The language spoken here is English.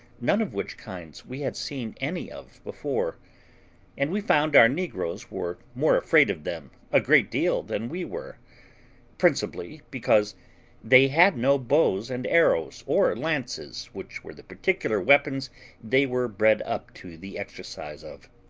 none of which kinds we had seen any of before and we found our negroes were more afraid of them a great deal than we were principally, because they had no bows and arrows, or lances, which were the particular weapons they were bred up to the exercise of.